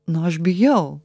na aš bijau